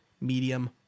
medium